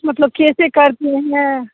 मतलब कैसे करते हैं